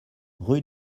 rue